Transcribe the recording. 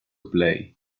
play